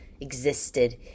existed